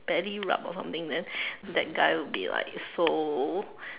belly rub or something then that guy would be like so